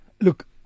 Look